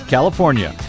California